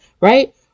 right